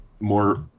more